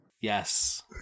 Yes